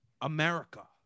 America